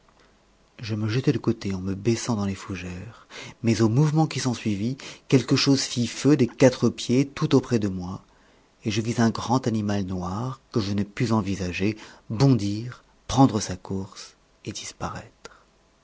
je me jetai de côté en me baissant dans les fougères mais au mouvement qui s'ensuivit quelque chose fit feu des quatre pieds tout auprès de moi et je vis un grand animal noir que je ne pus envisager bondir prendre sa course et disparaître